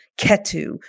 Ketu